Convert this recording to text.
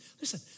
Listen